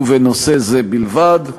ובנושא זה בלבד,